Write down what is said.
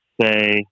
say